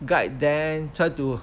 guide them try to